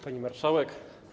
Pani Marszałek!